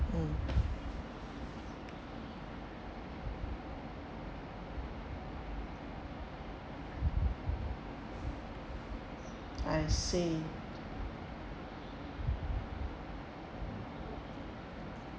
I see